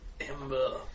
Ember